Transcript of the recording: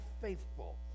faithful